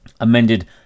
amended